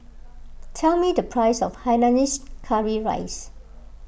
tell me the price of Hainanese Curry Rice